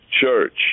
Church